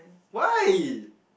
why